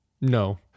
No